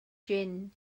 jin